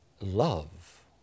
love